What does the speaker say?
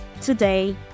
today